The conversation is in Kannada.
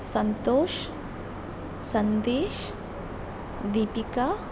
ಸಂತೋಷ್ ಸಂದೇಶ್ ದೀಪಿಕಾ